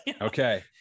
Okay